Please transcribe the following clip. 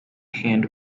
hand